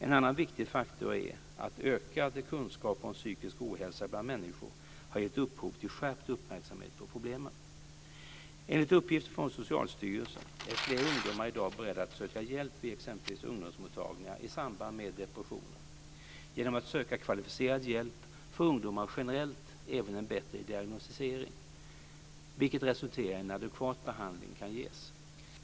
En annan viktig faktor är att ökade kunskaper om psykisk ohälsa bland människor har gett upphov till skärpt uppmärksamhet på problemen. Enligt uppgifter från Socialstyrelsen är fler ungdomar i dag beredda att söka hjälp vid exempelvis ungdomsmottagningar i samband med depressioner. Genom att söka kvalificerad hjälp får ungdomar generellt även en bättre diagnostisering, vilket resulterar i att en adekvat behandling kan ges.